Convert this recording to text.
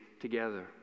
together